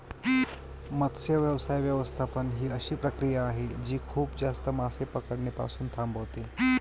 मत्स्य व्यवसाय व्यवस्थापन ही अशी प्रक्रिया आहे जी खूप जास्त मासे पकडणे पासून थांबवते